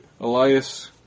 Elias